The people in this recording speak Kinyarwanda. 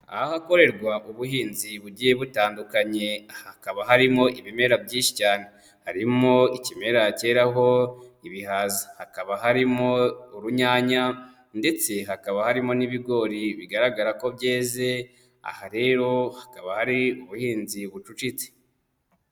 Ahakorerwa ubuhinzi bugiye butandukanye hakaba harimo ibimera byinshi cyane, harimo ikimera cyeraho ibihaza, hakaba harimo urunyanya ndetse hakaba harimo n'ibigori bigaragara ko byeze, aha rero hakaba hari ubuhinzi bucucitse.